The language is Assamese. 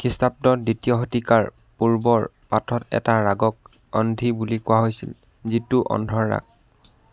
খ্ৰীষ্টাব্দ দ্বিতীয় শতিকাৰ পূৰ্বৰ পাঠত এটা ৰাগক অন্ধ্ৰী বুলি কোৱা হৈছিল যিটো অন্ধ্ৰৰ ৰাগ